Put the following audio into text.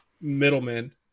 middlemen